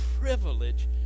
privilege